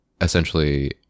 essentially